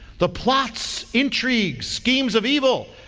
the plots, intrigue, schemes of evil.